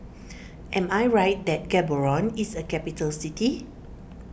am I right that Gaborone is a capital city